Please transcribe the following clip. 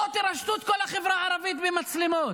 בואו תרשתו את כל החברה הערבית במצלמות.